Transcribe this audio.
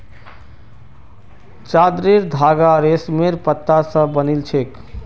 चादरेर धागा रेशमेर पत्ता स बनिल छेक